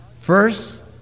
First